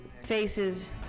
faces